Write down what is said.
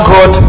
God